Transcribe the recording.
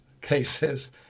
cases